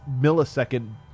millisecond